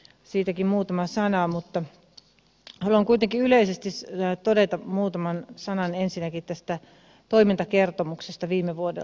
siitäkin muutama sana mutta haluan kuitenkin yleisesti todeta muutaman sanan ensinnäkin tästä toimintakertomuksesta viime vuodelta